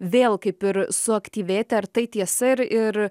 vėl kaip ir suaktyvėti ar tai tiesa ir ir